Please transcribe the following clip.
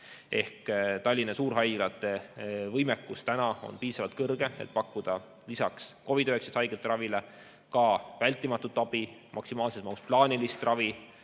Ehk Tallinna suurhaiglate võimekus on piisavalt kõrge, et pakkuda lisaks COVID‑19 haigete ravile ka vältimatut abi, maksimaalses mahus plaanilist ravi,